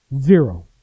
zero